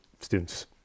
students